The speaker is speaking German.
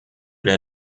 der